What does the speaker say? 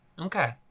Okay